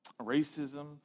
Racism